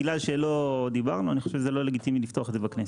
בגלל שלא דיברנו אני חושב שזה לא לגיטימי לפתוח את זה בכנסת.